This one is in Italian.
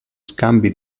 scambi